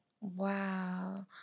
Wow